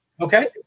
Okay